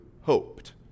hoped